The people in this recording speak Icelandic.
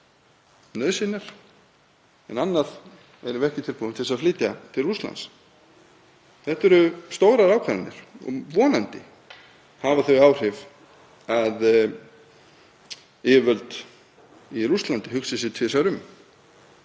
nauðsynjar en annað erum við ekki tilbúin til að flytja til Rússlands. Þetta eru stórar ákvarðanir og hafa vonandi þau áhrif að yfirvöld í Rússlandi hugsi sig tvisvar um.